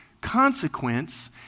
consequence